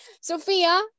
Sophia